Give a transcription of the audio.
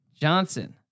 Johnson